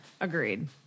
Agreed